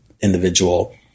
individual